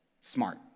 smart